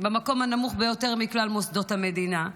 במקום הנמוך ביותר מכלל מוסדות המדינה.